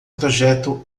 projeto